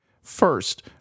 First